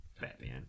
Batman